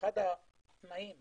אחת הטענות